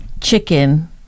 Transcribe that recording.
chicken